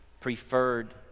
preferred